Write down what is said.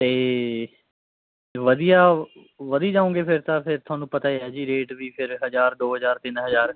ਅਤੇ ਵਧੀਆ ਵਧੀ ਜਾਉਂਗੇ ਫਿਰ ਤਾਂ ਫਿਰ ਤੁਹਾਨੂੰ ਪਤਾ ਹੀ ਹੈ ਜੀ ਰੇਟ ਵੀ ਫਿਰ ਹਜ਼ਾਰ ਦੋ ਹਜ਼ਾਰ ਤਿੰਨ ਹਜ਼ਾਰ